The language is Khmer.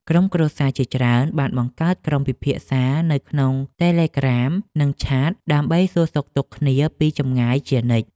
ក្រុមគ្រួសារជាច្រើនបានបង្កើតក្រុមពិភាក្សានៅក្នុងតេឡេក្រាម និងឆាត ដើម្បីសួរសុខទុក្ខគ្នាពីចម្ងាយជានិច្ច។